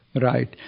Right